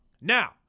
Now